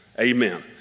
amen